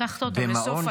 לקחת אותם לסוף התור.